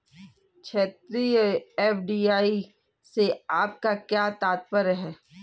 क्षैतिज, एफ.डी.आई से आपका क्या तात्पर्य है?